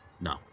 no